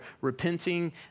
repenting